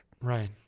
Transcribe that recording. Right